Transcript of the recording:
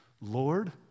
Lord